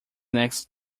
next